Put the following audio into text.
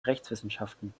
rechtswissenschaften